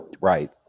right